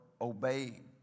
obeying